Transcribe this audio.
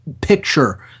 picture